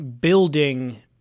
building